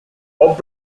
bob